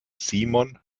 simon